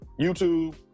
YouTube